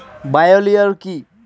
Bio লিওর কি?